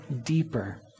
deeper